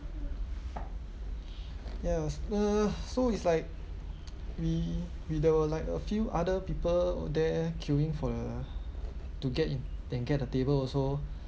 yes uh so it's like we we there were like a few other people there queueing for uh to get in and get the table also